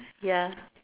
ya